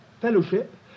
fellowship